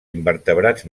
invertebrats